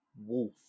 wolf